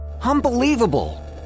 Unbelievable